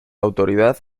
autoridad